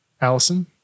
Allison